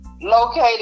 located